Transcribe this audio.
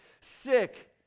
sick